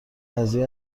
قضیه